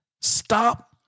Stop